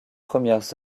premières